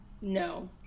No